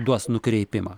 duos nukreipimą